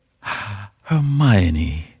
Hermione